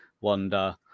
Wonder